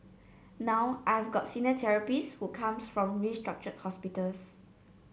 now I've got senior therapist who come from restructured hospitals